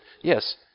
yes